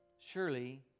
Surely